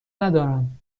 ندارم